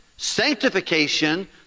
sanctification